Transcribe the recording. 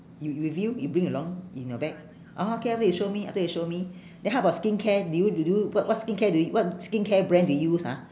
you with you you bring along in your bag orh okay okay you show me after you show me then how about skincare do you do you what what skincare do you what skincare brand do you use ha